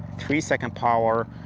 three-second power,